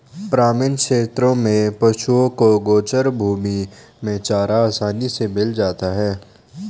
ग्रामीण क्षेत्रों में पशुओं को गोचर भूमि में चारा आसानी से मिल जाता है